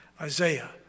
Isaiah